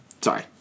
Sorry